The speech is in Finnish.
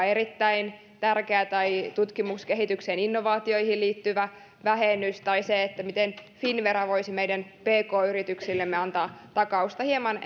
erittäin tärkeä tai tutkimukseen kehitykseen ja innovaatioihin liittyvä vähennys tai se miten finnvera voisi meidän pk yrityksillemme antaa takausta hieman